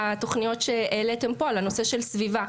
התוכניות שהעליתם פה על הנושא של סביבה.